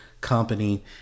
company